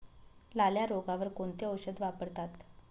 लाल्या रोगावर कोणते औषध वापरतात?